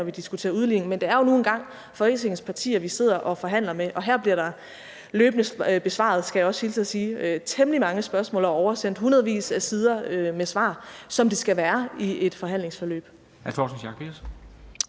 når vi diskuterer udligning. Men det er jo nu engang Folketingets partier, vi sidder og forhandler med, og her bliver der løbende besvaret, skal jeg også hilse og sige, temmelig mange spørgsmål og oversendt hundredvis af sider med svar – som det skal være i et forhandlingsforløb.